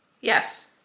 Yes